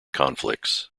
conflicts